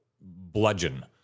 bludgeon